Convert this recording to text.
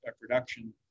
production